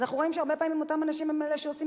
אנחנו רואים הרבה פעמים שאותם אנשים הם אלה שעושים